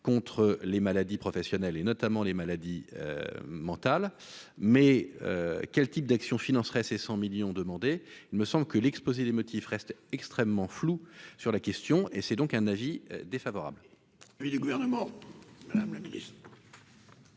contre les maladies professionnelles et notamment les maladies mentales, mais quel type d'action financerait ces 100 millions demandés il me semble que l'exposé des motifs reste extrêmement flou sur la question et c'est donc un avis défavorable.